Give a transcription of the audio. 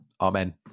Amen